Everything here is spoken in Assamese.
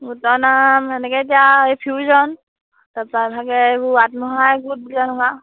গোটৰ নাম এনেকৈ এতিয়া এই ফিউজন তাৰপৰা ইভাগে এইবোৰ আত্মসহায়ক গোট